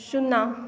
शुन्ना